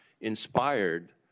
inspired